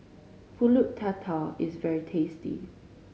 Pulut Tatal is very tasty